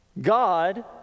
God